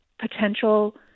potential